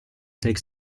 take